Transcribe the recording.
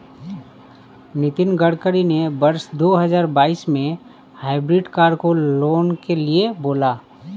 नितिन गडकरी ने वर्ष दो हजार बाईस में हाइब्रिड कार को लाने के लिए बोला